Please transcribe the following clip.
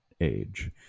age